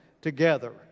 together